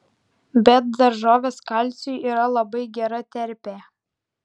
bet daržovės kalciui yra labai gera terpė